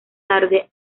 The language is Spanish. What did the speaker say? tarde